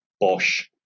Bosch